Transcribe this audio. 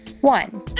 One